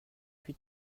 huit